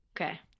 Okay